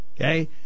okay